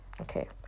Okay